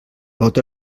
vot